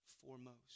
foremost